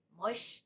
mush